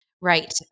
Right